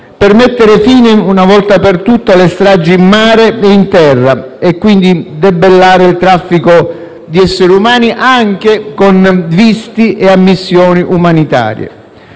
per mettere fine una volta per tutte alle stragi in mare e in terra, e quindi debellare il traffico di esseri umani, anche con visti e missioni umanitarie.